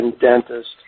dentist